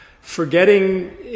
Forgetting